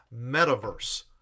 metaverse